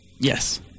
Yes